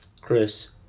Chris